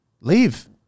Leave